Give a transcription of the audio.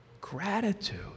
gratitude